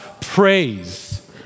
praise